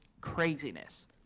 craziness